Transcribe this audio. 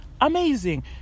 amazing